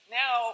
now